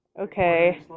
okay